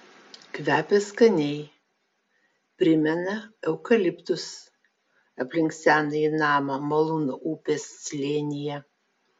kvepia skaniai primena eukaliptus aplink senąjį namą malūno upės slėnyje